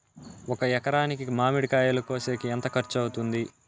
ఒక ఎకరాకి మామిడి కాయలు కోసేకి ఎంత ఖర్చు వస్తుంది?